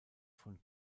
von